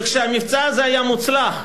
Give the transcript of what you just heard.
וכשהמבצע הזה היה מוצלח,